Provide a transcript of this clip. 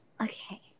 okay